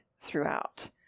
throughout